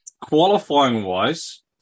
Qualifying-wise